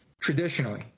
Traditionally